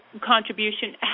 contribution